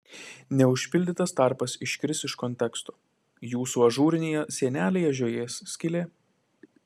neužpildytas tarpas iškris iš konteksto jūsų ažūrinėje sienelėje žiojės skylė